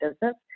Business